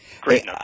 Great